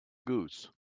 goose